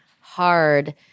hard